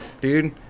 Dude